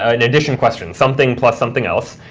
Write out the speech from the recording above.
ah an addition question, something plus something else.